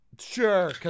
sure